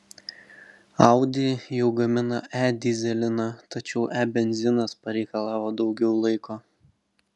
audi jau gamina e dyzeliną tačiau e benzinas pareikalavo daugiau laiko